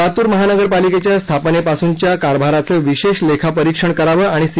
लातूर महानगर पालिकेच्य स्थापनेपासुनच्या कारभाराचं विशेष लेखा परिक्षण करावं आणि सी